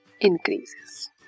increases